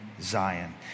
Zion